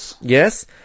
Yes